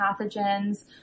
pathogens